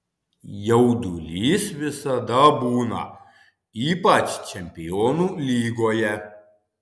jaudulys visada būna ypač čempionų lygoje